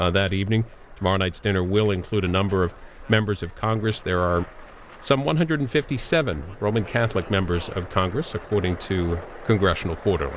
that evening tomorrow night's dinner will include a number of members of congress there are some one hundred fifty seven roman catholic members of congress according to congressional qu